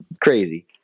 crazy